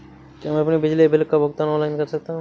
क्या मैं अपने बिजली बिल का भुगतान ऑनलाइन कर सकता हूँ?